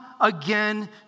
again